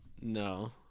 no